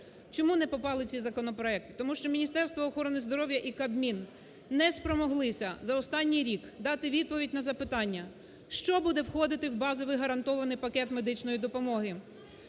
Чому не потрапили ці законопроекти? Тому що Міністерство охорони здоров'я і Кабмін не спромоглися за останній рік дати відповідь на запитання: що буде входити в базовий гарантований пакет медичної допомоги,